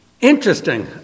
Interesting